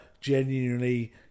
genuinely